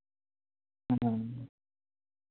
ᱦᱮᱸ